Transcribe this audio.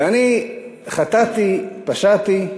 ואני חטאתי, פשעתי,